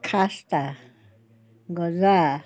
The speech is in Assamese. খাস্তা গজা